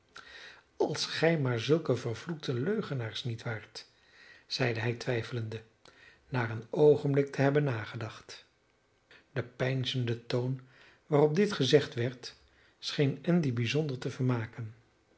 als gij maar zulke vervloekte leugenaars niet waart zeide hij twijfelende na een oogenblik te hebben nagedacht de peinzende toon waarop dit gezegd werd scheen andy bijzonder te vermaken